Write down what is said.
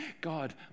God